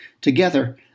together